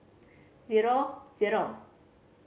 zero zero